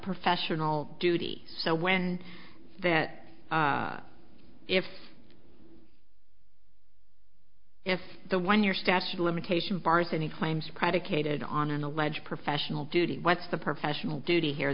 professional duty so when that if if the one year statute of limitations bars any claims predicated on an alleged professional duty what's the professional duty here